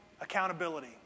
accountability